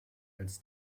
als